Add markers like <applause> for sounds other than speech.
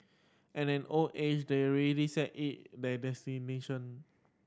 at an old age they're already set in their <unintelligible>